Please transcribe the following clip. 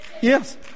Yes